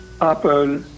apple